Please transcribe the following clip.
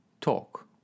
Talk